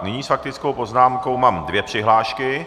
Nyní s faktickou poznámkou mám dvě přihlášky.